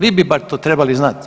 Vi bi bar to trebali znati.